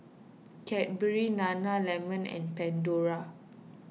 Cadbury Nana Lemon and Pandora